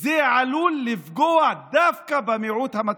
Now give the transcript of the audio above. עלולה לפגוע דווקא במיעוט המצליח.